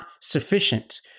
sufficient